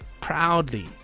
proudly